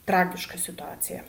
tragiška situacija